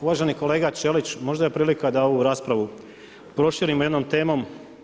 Uvaženi kolega Ćelić, možda je prilika da ovu raspravu proširimo jednom temom.